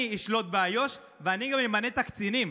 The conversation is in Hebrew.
אני אשלוט באיו"ש ואני גם אמנה את הקצינים.